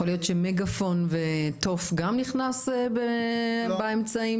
יכול להיות שמגפון ותוף גם נכנסים באמצעים